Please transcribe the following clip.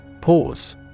Pause